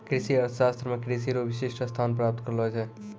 कृषि अर्थशास्त्र मे कृषि रो विशिष्ट स्थान प्राप्त करलो छै